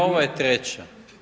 Ovo je treća.